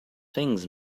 things